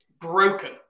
broken